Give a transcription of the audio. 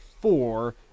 four